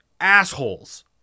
assholes